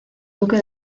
duque